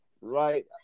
Right